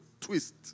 twist